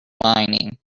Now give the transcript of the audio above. whining